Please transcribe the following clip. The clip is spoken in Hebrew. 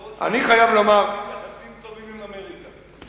לא רוצים, יחסים טובים עם אמריקה.